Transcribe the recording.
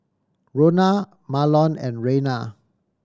Rona Marlon and Reyna